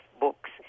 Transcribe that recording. books